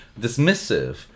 dismissive